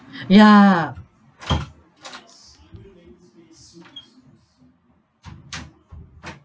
ya